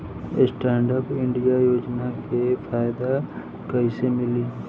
Stand up India योजना के फायदा कैसे मिली?